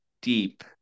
deep